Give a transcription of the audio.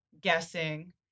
guessing